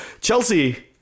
Chelsea